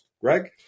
Greg